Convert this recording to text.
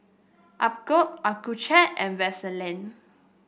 Accucheck and Vaselin